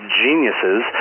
geniuses